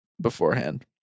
beforehand